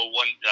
one